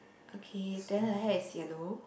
okay then her hair is yellow